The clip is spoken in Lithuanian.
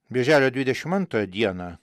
birželio dvidešim antrą dieną